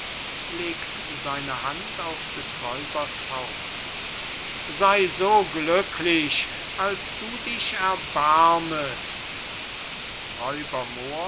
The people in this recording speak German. sey so glücklich als du dich erbarmest